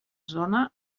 zona